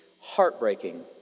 heartbreaking